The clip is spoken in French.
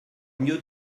mieux